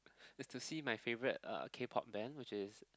is to see my favorite uh K pop band which is